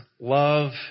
Love